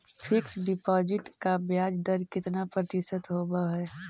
Fix deposit का ब्याज दर कितना प्रतिशत होब है?